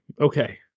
Okay